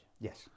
Yes